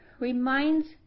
reminds